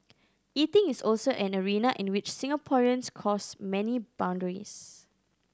eating is also an arena in which Singaporeans cross many boundaries